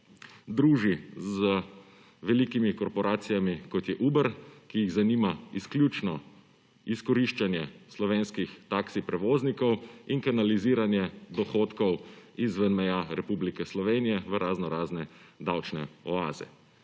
druži z velikimi korporacijami, kot je Uber, ki jih zanima izključno izkoriščanje slovenskih taksi prevoznikov in kanaliziranje dohodkov izven meja Republike Slovenije v raznorazne davčne oaze.